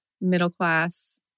middle-class